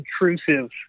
intrusive